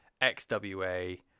XWA